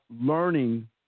learning